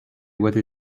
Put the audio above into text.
whether